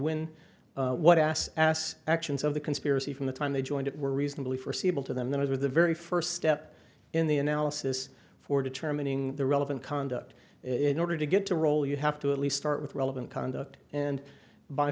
when what ass ass actions of the conspiracy from the time they joined it were reasonably forseeable to them those are the very first step in the analysis for determining the relevant conduct in order to get to roll you have to at least start with relevant conduct and b